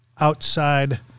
outside